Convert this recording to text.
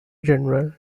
general